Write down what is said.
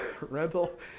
rental